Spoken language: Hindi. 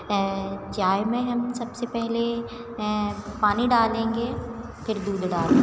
चाय में हम सबसे पहले पानी डालेंगे फिर दूध डालेंगे